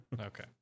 Okay